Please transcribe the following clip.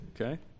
Okay